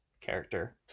character